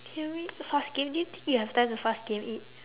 can we fast game do you think you have time to fast game eat